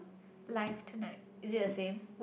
life tonight is it the same